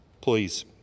Please